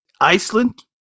Iceland